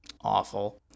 Awful